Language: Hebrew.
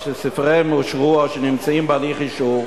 אשר ספריהם אושרו או שנמצאים בהליך אישור,